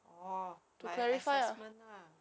orh like assessment lah